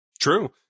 true